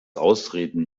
ausreden